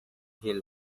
hill